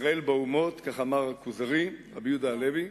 "ישראל באומות" כך אמר "הכוזרי", רבי יהודה הלוי: